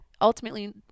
ultimately